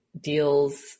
deals